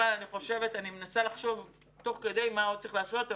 אני מנסה לחשוב תוך כדי הדיון מה עוד צריך לעשות.